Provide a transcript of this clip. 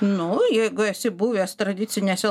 nu jeigu esi buvęs tradicinėse